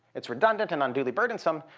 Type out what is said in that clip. it's redundant and unduly burdensome.